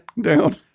Down